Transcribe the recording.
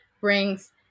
brings